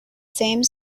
same